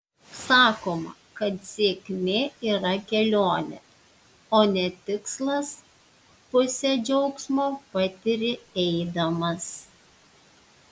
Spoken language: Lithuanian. sakoma kad sėkmė yra kelionė o ne tikslas pusę džiaugsmo patiri eidamas